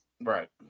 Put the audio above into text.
Right